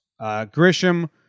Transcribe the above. Grisham